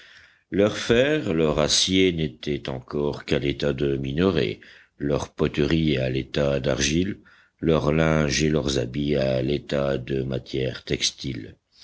leur fer leur acier n'étaient encore qu'à l'état de minerai leur poterie à l'état d'argile leur linge et leurs habits à l'état de matières textiles